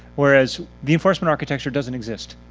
whereas the enforcement architecture doesn't exist.